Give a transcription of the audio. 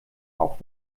auch